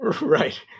Right